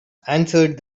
answered